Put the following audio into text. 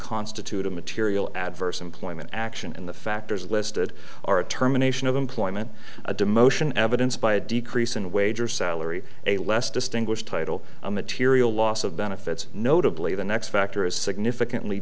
constitute a material adverse employment action and the factors listed are a terminations of employment a demotion evidence by a decrease in wage or salary a less distinguished title a material loss of benefits notably the next factor is significantly